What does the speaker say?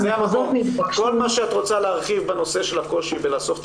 כל מה שאת רוצה להרחיב בנושא של הקושי לאסוף את